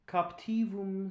Captivum